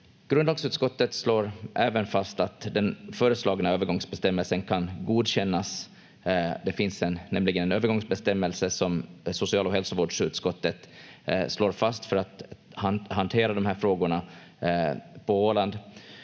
Grundlagsutskottet slår även fast att den föreslagna övergångsbestämmelsen kan godkännas — det finns nämligen en övergångsbestämmelse som social- och hälsovårdsutskottet slår fast för att hantera de här frågorna på Åland.